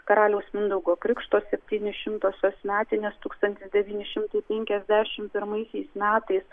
karaliaus mindaugo krikšto septynišimtosios metinės tūkstantis devyni šimtai penkiasdešimt pirmais metais